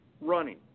running